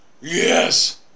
Yes